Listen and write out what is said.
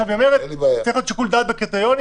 אני רוצה שצריך להיות שיקול דעת בקריטריונים.